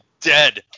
dead